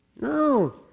No